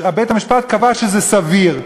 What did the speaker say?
בית-המשפט קבע שזה סביר.